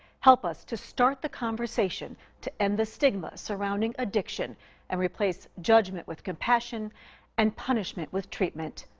help us to start the conversation to end the stigma surrounding addiction and replace judgment with compassion and punishment with treatment.